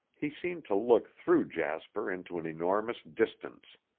he seemed to look through jasper into an enormous distance.